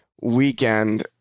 weekend